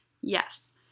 yes